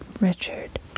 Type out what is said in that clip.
Richard